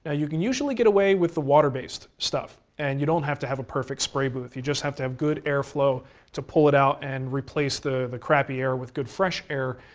ah you can usually get away with the water based stuff. and you don't have to have a perfect spray booth, you just have to have good airflow to pull it out and replace the the crappy air with good fresh air.